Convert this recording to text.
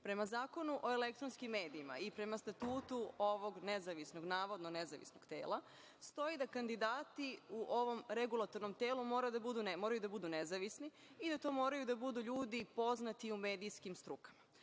Zakonu o elektronskim medijima i prema Statutu ovog navodno nezavisnog tela, stoji da kandidati u ovom regulatornom telu moraju da budu nezavisni i to moraju da budu ljudi poznati u medijskim strukama.